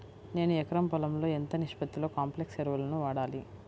నేను ఎకరం పొలంలో ఎంత నిష్పత్తిలో కాంప్లెక్స్ ఎరువులను వాడాలి?